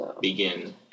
begin